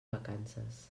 vacances